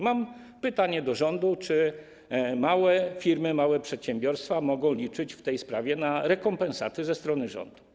Mam pytanie do rządu: Czy małe firmy, małe przedsiębiorstwa mogą liczyć w tej sprawie na rekompensaty ze strony rządu?